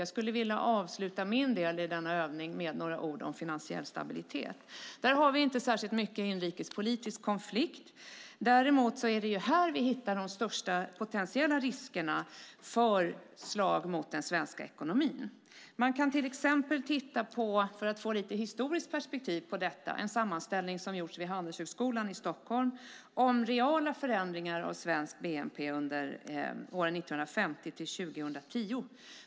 Jag skulle vilja avsluta min del i denna övning med några ord om finansiell stabilitet. Här har vi inte särskilt mycket inrikespolitisk konflikt, men det är här vi hittar de största potentiella riskerna för slag mot den svenska ekonomin. För att få lite historiskt perspektiv kan man titta på en sammanställning som gjorts vid Handelshögskolan i Stockholm om reala förändringar av svensk bnp under åren 1950-2010.